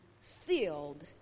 filled